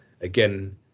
again